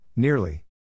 Nearly